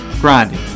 grinding